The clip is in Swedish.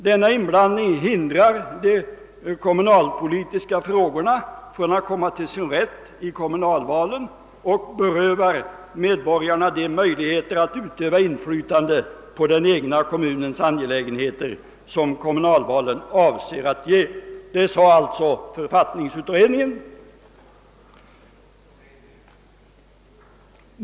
Denna inblandning hindrar de kommunalpolitiska frågorna att komma till sin rätt i kommunalvalen och berövar medborgarna de möjligheter att utöva inflytande på den egna kommunens angelägenheter som kommunalvalen avser att ge, förklarade författningsutredningen.